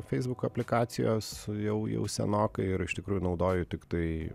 feisbuko aplikacijos jau jau senokai ir iš tikrųjų naudoju tiktai